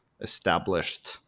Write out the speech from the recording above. established